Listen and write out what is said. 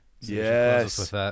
Yes